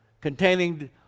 containing